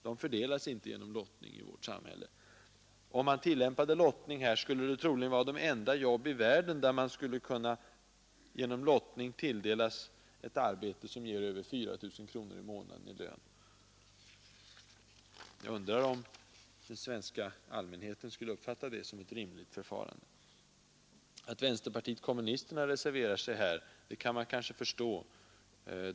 De fördelas inte genom lottning i vårt samhälle. Om man tillämpade lottning här, skulle dessa jobb troligen vara de enda i världen som fördelades på det sättet och som gav över 4 000 kronor i månaden i lön. Jag undrar om den svenska allmänheten skulle uppfatta det som ett rimligt förfarande. Att vänsterpartiet kommunisterna reserverar sig kan jag kanske förstå.